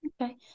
Okay